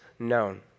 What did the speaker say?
known